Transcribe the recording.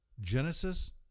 Genesis